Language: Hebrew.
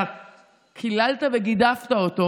אתה קיללת וגידפת אותו.